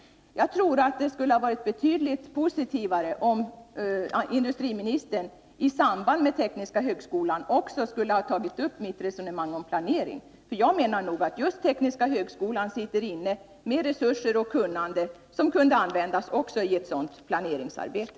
Jag tror att det skulle ha varit betydligt positivare, om industriministern i samband med tekniska högskolan också skulle ha tagit upp mitt resonemang om planering. Jag menar nog att just tekniska högskolan sitter inne med resurser och kunnande som kunde användas också i ett sådant planeringsarbete.